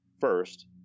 first